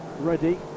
ready